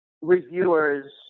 reviewers